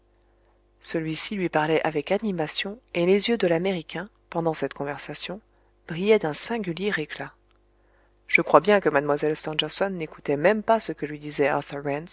celui-ci lui parlait avec animation et les yeux de l'américain pendant cette conversation brillaient d'un singulier éclat je crois bien que mlle stangerson n'écoutait même pas ce que lui disait